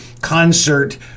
concert